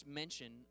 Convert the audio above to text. mention